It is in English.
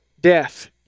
death